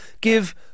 give